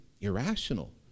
irrational